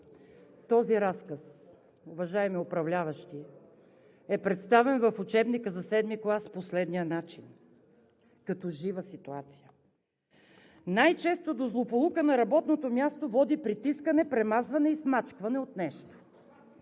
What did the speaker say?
Този разказ, уважаеми управляващи, е представен в учебника за VІІ клас по следния начин като жива ситуация: „Най-често до злополука на работното място води притискане, премазване и смачкване от нещо.